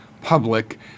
public